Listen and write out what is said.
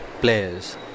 players